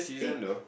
eh